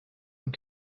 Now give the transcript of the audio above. und